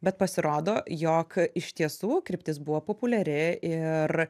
bet pasirodo jog iš tiesų kryptis buvo populiari ir